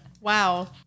Wow